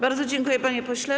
Bardzo dziękuję, panie pośle.